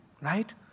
right